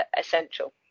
essential